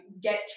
get